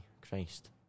Christ